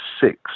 six